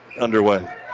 underway